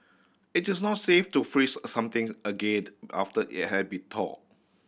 it is not safe to freeze something after it has been thawed